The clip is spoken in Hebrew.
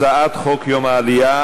הצעת חוק יום העלייה.